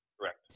Correct